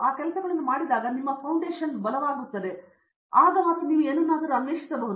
ಆ ಕೆಲಸಗಳನ್ನು ಮಾಡಿದರೆ ಆ ಫೌಂಡೇಶನ್ ಬಲವಾಗಿರುತ್ತದೆ ಮತ್ತು ನಂತರ ನೀವು ಏನು ಅನ್ವೇಷಿಸಬಹುದು